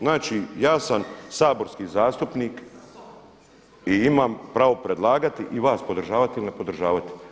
Znači ja sam saborski zastupnik i imam pravo predlagati i vas podržavati ili ne podržavati.